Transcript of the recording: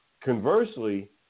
conversely